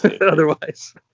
otherwise